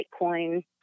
Bitcoin